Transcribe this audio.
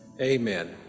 Amen